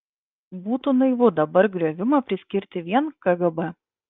būtų naivu dabar griovimą priskirti vien kgb